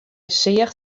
seach